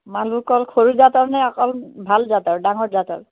মালভোগ কল সৰু জাতৰ নে অকল ভাল জাতৰ ডাঙৰ জাতৰ